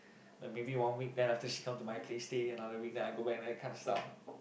like maybe one week then after she come to my place stay another week then I go back that kind of stuff lah